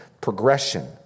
progression